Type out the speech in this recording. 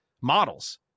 models